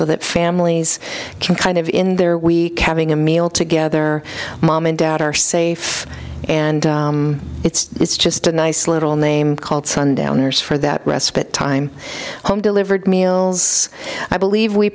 so that families can kind of in their we having a meal together mom and dad are safe and it's just a nice little name called sundowners for that respite time home delivered meals i believe we